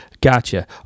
Gotcha